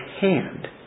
hand